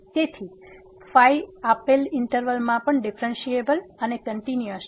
તેથી આપેલ ઈંટરવલ માં પણ ડીફ્રેનસીએબલ અને કંટીન્યુઅસ છે